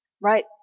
right